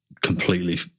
completely